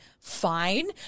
fine